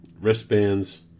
wristbands